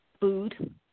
food